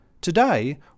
Today